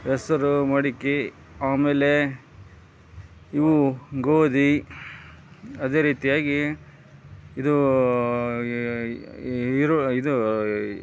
ಹೆಸ್ರು ಮಡಕಿ ಆಮೇಲೆ ಇವು ಗೋಧಿ ಅದೇ ರೀತಿಯಾಗಿ ಇದು ಈರು ಇದು